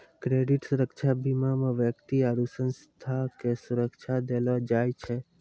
credit सुरक्षा बीमा मे व्यक्ति आरु संस्था के सुरक्षा देलो जाय छै